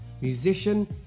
musician